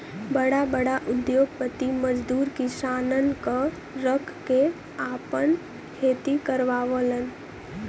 बड़ा बड़ा उद्योगपति मजदूर किसानन क रख के आपन खेती करावलन